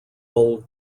old